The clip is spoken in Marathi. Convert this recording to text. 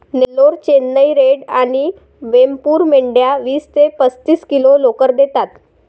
नेल्लोर, चेन्नई रेड आणि वेमपूर मेंढ्या वीस ते पस्तीस किलो लोकर देतात